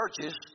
churches